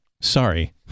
sorry